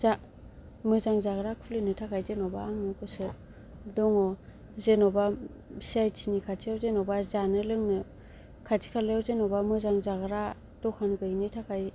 मोजां जाग्रा खुलिनो थाखाय जेनबा आङो गोसोआ दङ जेनबा चि आइ टिनि खाथियाव जेनबा जानो लोंनो खाथि खालायाव जेनबा मोजां जाग्रा दखान गैयिनि थाखाय